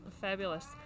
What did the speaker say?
Fabulous